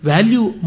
Value